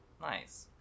Nice